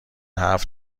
حرف